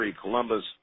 Columbus